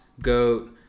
Goat